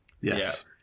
Yes